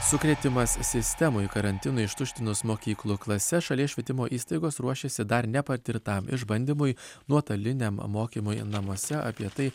sukrėtimas sistemoj karantinui ištuštinus mokyklų klases šalies švietimo įstaigos ruošėsi dar nepatirtam išbandymui nuotoliniam mokymui namuose apie tai